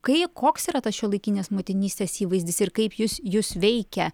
kai koks yra tas šiuolaikinės motinystės įvaizdis ir kaip jus jus veikia